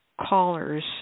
callers